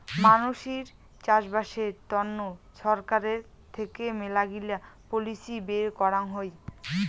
মানসির চাষবাসের তন্ন ছরকার থেকে মেলাগিলা পলিসি বের করাং হই